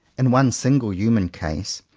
in one single human case,